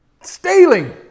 stealing